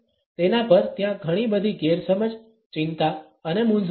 તેના પર ત્યા ઘણી બધી ગેરસમજ ચિંતા અને મૂંઝવણ છે